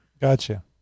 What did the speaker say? Gotcha